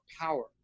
power